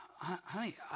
honey